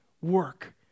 work